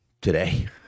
today